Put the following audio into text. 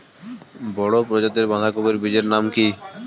বড় প্রজাতীর বাঁধাকপির বীজের নাম কি?